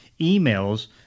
emails